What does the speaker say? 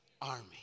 army